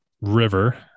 river